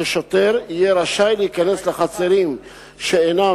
ששוטר יהיה רשאי להיכנס לחצרים שאינם